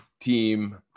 team